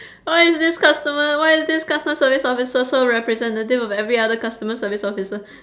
how is this customer why is this customer service officer so representative of every other customer service officer